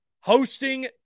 hosting